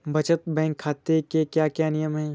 बचत बैंक खाते के क्या क्या नियम हैं?